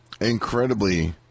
incredibly